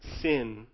sin